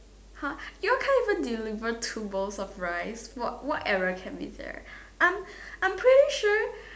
!huh! you all can't even deliver two bowls of rice what what error can be there I'm I'm pretty sure